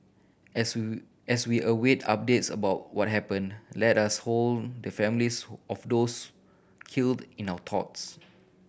as we as we await updates about what happened let us hold the families who of those killed in our thoughts